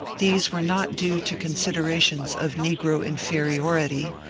these were not due to considerations of negro inferiority,